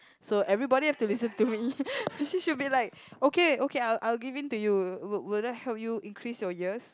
so everybody have to listen to me she she should be like okay okay I'll I'll give in to you will will that help you increase your years